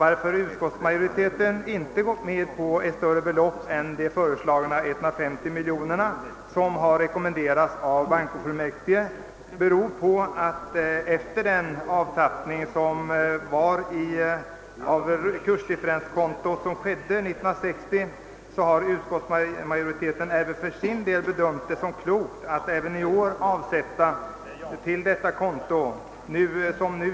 Att utskottsmajoriteten inte gått med på ett större belopp än de 150 miljoner, som rekommenderats av bankofullmäktige, beror på att utskottsmajoriteten efter den avtappning av kursdifferenskontot som skedde 1960 även för sin del bedömt det som klokt att också i år avsätta medel till detta konto.